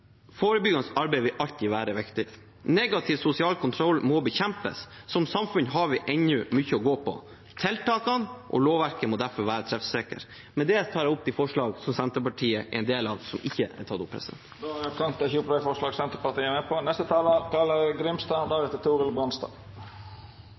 Forebyggende arbeid vil alltid være viktig. Negativ sosial kontroll må bekjempes. Som samfunn har vi ennå mye å gå på. Tiltakene og lovverket må derfor være treffsikre. Med det tar jeg opp de forslagene som Senterpartiet er en del av. Representanten Willfred Nordlund har teke opp dei forslaga han refererte til. La meg begynne med